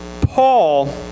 Paul